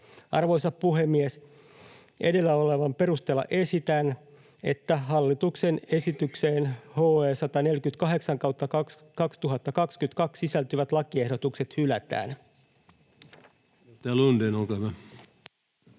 Arvoisa puhemies! Edellä olevan perusteella esitän, että hallituksen esitykseen HE 148/2022 sisältyvät lakiehdotukset hylätään. [Speech